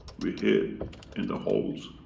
we hid in the holes.